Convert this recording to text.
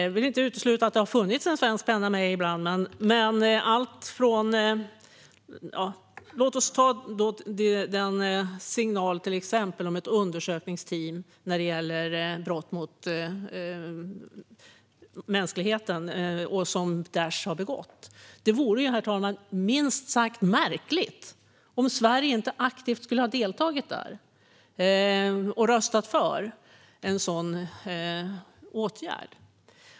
Jag vill inte utesluta att det har funnits en svensk penna med ibland, men låt oss se på signalen om ett undersökningsteam när det gäller de brott mot mänskligheten som Daish har begått. Det vore minst sagt märkligt om Sverige inte aktivt skulle ha deltagit där och röstat för en sådan åtgärd.